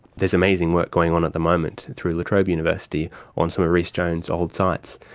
there's amazing work going on at the moment through la trobe university on some of rhys jones' old sites,